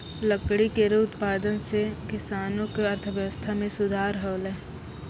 लकड़ी केरो उत्पादन सें किसानो क अर्थव्यवस्था में सुधार हौलय